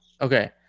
Okay